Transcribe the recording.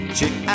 Check